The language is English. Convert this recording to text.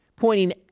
pointing